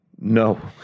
No